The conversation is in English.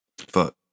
Fuck